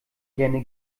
gerne